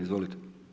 Izvolite.